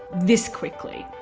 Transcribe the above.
this quickly,